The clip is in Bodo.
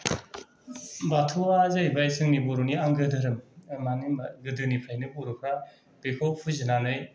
बाथौआ जाहैबाय जोंनि बर'नि आंगो धोरोम मानो होनबा गोदोनिफ्रायनो बर'फ्रा बेखौ फुजिनानै